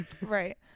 Right